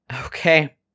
Okay